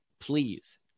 please